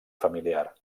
familiar